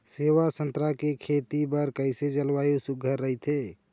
सेवा संतरा के खेती बर कइसे जलवायु सुघ्घर राईथे?